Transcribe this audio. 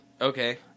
okay